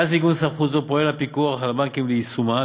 מאז עיגון סמכות זו פועל הפיקוח על הבנקים ליישומה.